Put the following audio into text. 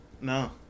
No